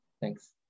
Thanks